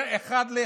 לאחד,